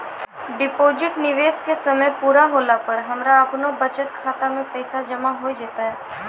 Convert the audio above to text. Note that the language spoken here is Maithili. डिपॉजिट निवेश के समय पूरा होला पर हमरा आपनौ बचत खाता मे पैसा जमा होय जैतै?